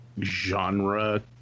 genre